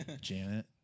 Janet